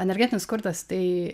energetinis skurdas tai